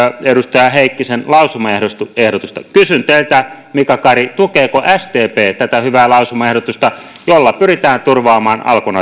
edustaja heikkisen lausumaehdotusta kysyn teiltä mika kari tukeeko sdp tätä hyvää lausumaehdotusta jolla pyritään turvaamaan alkon